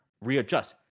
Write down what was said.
Readjust